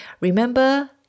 Remember